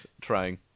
trying